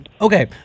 okay